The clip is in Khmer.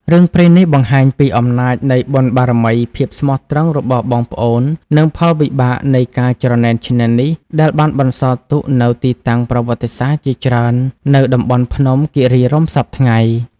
រឿងព្រេងនេះបង្ហាញពីអំណាចនៃបុណ្យបារមី ភាពស្មោះត្រង់របស់បងប្អូន និងផលវិបាកនៃការច្រណែនឈ្នានីស ដែលបានបន្សល់ទុកនូវទីតាំងប្រវត្តិសាស្ត្រជាច្រើននៅតំបន់ភ្នំគិរីរម្យសព្វថ្ងៃ។